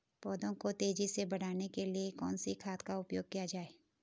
पौधों को तेजी से बढ़ाने के लिए कौन से खाद का उपयोग किया जाए?